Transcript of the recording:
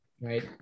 right